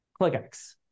ClickX